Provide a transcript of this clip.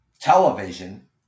Television